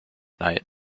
night